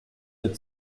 der